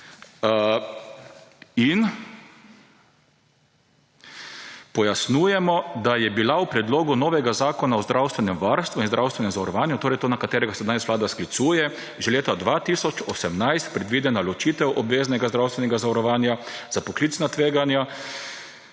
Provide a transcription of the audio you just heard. In: »Pojasnjujemo, da je bila v predlogu novega zakona o zdravstvenem varstvu in zdravstvenem zavarovanju,« torej tega, na katerega se danes Vlada sklicuje, »že leta 2018 predvidena ločitev obveznega zdravstvenega zavarovanja za poklicna tveganja